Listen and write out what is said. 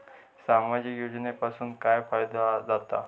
सामाजिक योजनांपासून काय फायदो जाता?